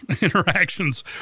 interactions